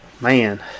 Man